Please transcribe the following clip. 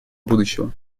будущего